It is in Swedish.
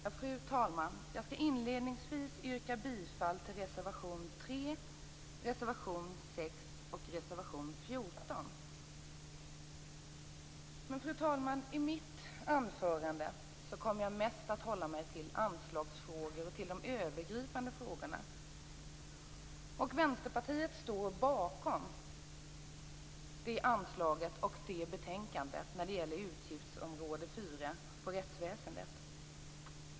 Fru talman! Jag skall inledningsvis yrka bifall till reservation 3, reservation 6 och reservation 14. Fru talman! I mitt anförande kommer jag mest att hålla mig till anslagsfrågor och till de övergripande frågorna. Vänsterpartiet står bakom detta anslag och detta betänkande när det gäller utgiftsområde 4, rättsväsendet.